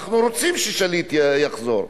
אנחנו רוצים ששליט יחזור,